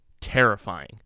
terrifying